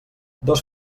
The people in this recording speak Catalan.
dos